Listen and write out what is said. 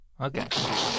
Okay